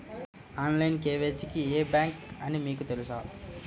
Online KYC కి ఏ bank అని మీకు తెలుసా?